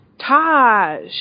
Taj